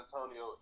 Antonio